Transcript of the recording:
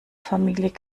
familie